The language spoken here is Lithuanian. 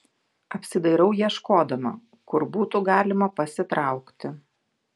apsidairau ieškodama kur būtų galima pasitraukti